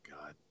God